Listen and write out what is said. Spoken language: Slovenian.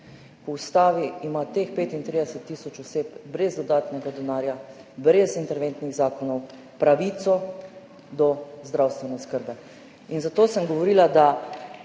Po ustavi ima teh 35 tisoč oseb brez dodatnega denarja, brez interventnih zakonov pravico do zdravstvene oskrbe, zato sem rekla, da